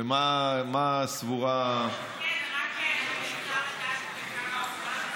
ומה סבורה, כן, רק אפשר לדעת בכמה זמן מדובר?